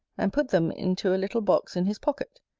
and put them into a little box in his pocket,